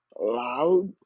loud